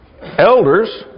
elders